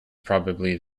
probably